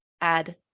add